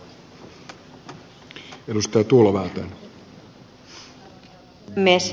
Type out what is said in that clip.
arvoisa puhemies